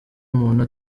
umuntu